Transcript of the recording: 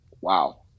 wow